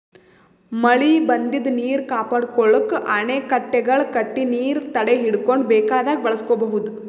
ಮಳಿ ಬಂದಿದ್ದ್ ನೀರ್ ಕಾಪಾಡ್ಕೊಳಕ್ಕ್ ಅಣೆಕಟ್ಟೆಗಳ್ ಕಟ್ಟಿ ನೀರ್ ತಡೆಹಿಡ್ಕೊಂಡ್ ಬೇಕಾದಾಗ್ ಬಳಸ್ಕೋಬಹುದ್